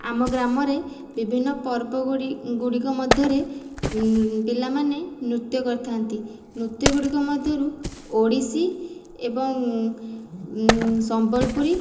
ଆମ ଗ୍ରାମରେ ବିଭିନ୍ନ ପର୍ବ ଗୁଡ଼ିଗୁଡ଼ିକ ମଧ୍ୟରେ ପିଲାମାନେ ନୃତ୍ୟ କରିଥାନ୍ତି ନୃତ୍ୟ ଗୁଡ଼ିକ ମଧ୍ୟରୁ ଓଡ଼ିଶୀ ଏବଂ ସମ୍ବଲପୁରୀ